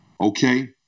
Okay